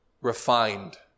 refined